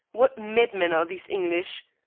what madmen are these english!